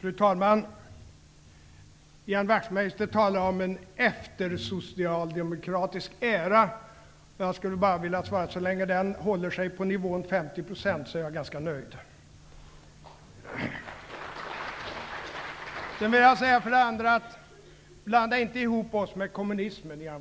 Fru talman! Ian Wachtmeister talar om en eftersocialdemokratisk era. Jag skulle vilja säga att så länge den håller sig på nivån 50 % är jag ganska nöjd. Blanda inte, Ian Wachtmeister, ihop oss med kommunismen.